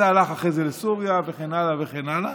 זה הלך אחרי זה לסוריה וכן הלאה וכן הלאה,